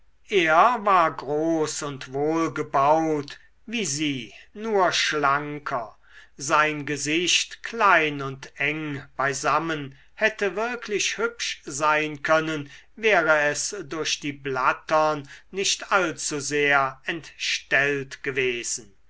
er war groß und wohlgebaut wie sie nur noch schlanker sein gesicht klein und eng beisammen hätte wirklich hübsch sein können wäre es durch die blattern nicht allzusehr entstellt gewesen